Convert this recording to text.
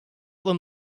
them